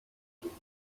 dumnie